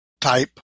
type